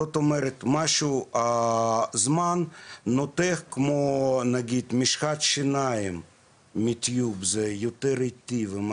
הזמן נוטף כמו משחת שיניים מטיוב, יותר איטי.